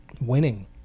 winning